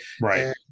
right